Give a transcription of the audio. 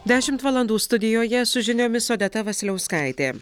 dešimt valandų studijoje su žiniomis odeta vasiliauskaitė